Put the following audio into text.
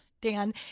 Dan